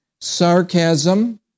sarcasm